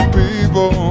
people